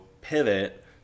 pivot